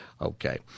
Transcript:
Okay